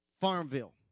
Farmville